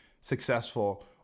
successful